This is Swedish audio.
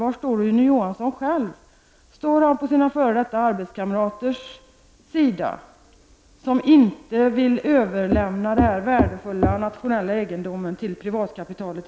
Var står Rune Johansson själv? Står han på samma sida som sina f.d. arbetskamrater som inte vill överlämna denna värdefulla nationella egendom i Sverige till privatkapitalet?